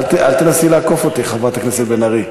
אל תנסי לעקוף אותי, חברת הכנסת בן ארי.